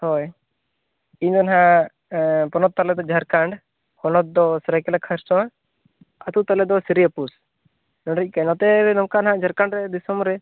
ᱦᱳᱭ ᱤᱧ ᱫᱚ ᱱᱟᱦᱟᱜ ᱯᱚᱱᱚᱛ ᱛᱟᱞᱮ ᱫᱚ ᱡᱷᱟᱲᱠᱷᱚᱱᱰ ᱦᱚᱱᱚᱛ ᱫᱚ ᱥᱚᱨᱟᱭᱠᱮᱞᱞᱟ ᱠᱷᱟᱨᱥᱚᱣᱟ ᱟᱛᱳ ᱛᱟᱞᱮ ᱫᱚ ᱥᱤᱨᱭᱟᱹᱯᱩᱨ ᱱᱚᱸᱰᱮ ᱱᱤᱡ ᱱᱚᱛᱮ ᱦᱟᱸᱜ ᱱᱚᱝᱠᱟ ᱦᱟᱸᱜ ᱡᱷᱟᱨᱠᱷᱚᱰ ᱨᱮ ᱫᱤᱥᱚᱢ ᱨᱮ